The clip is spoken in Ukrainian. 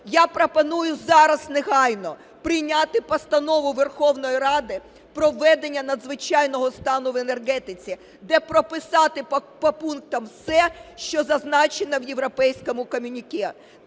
Я пропоную зараз негайно прийняти постанову Верховної Ради про введення надзвичайного стану в енергетиці, де прописати по пунктам все, що зазначено в європейському комюніке.